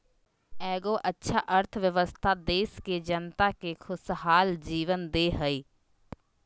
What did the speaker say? एगो अच्छा अर्थव्यवस्था देश के जनता के खुशहाल जीवन दे हइ